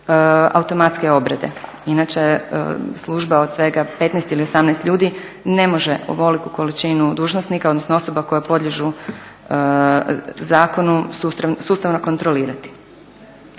automatske obrade, inače služba od svega 15 ili 18 ljudi ne može ovoliku količinu dužnosnika, odnosno osoba koje podliježu zakonu sustavno kontrolirati.